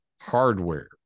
hardware